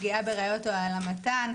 פגיעה בראיות או העלמתן,